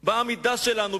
בעמידה שלנו,